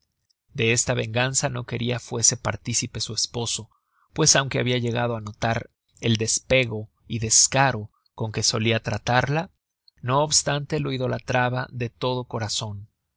de esta venganza no queria fuese participe su esposo pues aunque habia llegado á notar el despego y descaro con que solia tratarla no obstante lo idolatraba de todo corazon